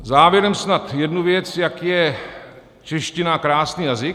Závěrem snad jednu věc, jak je čeština krásný jazyk.